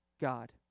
God